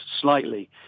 slightly